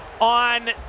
on